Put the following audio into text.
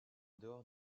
dehors